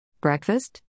Breakfast